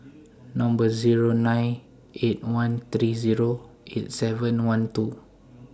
Number Zero nine eight one three Zero eight seven one two